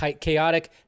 Chaotic